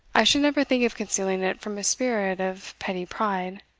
i should never think of concealing it from a spirit of petty pride.